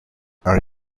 are